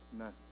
Amen